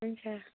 हुन्छ